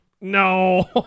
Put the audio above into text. No